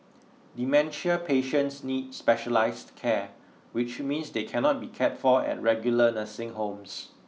dementia patients need specialised care which means they can not be cared for at regular nursing homes